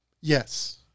Yes